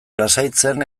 lasaitzen